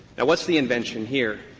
and what's the invention here?